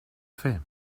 fer